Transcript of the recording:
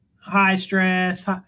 high-stress